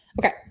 Okay